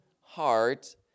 heart